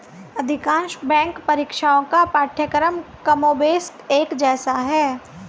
अधिकांश बैंक परीक्षाओं का पाठ्यक्रम कमोबेश एक जैसा है